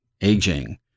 aging